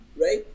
Right